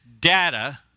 data